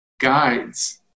guides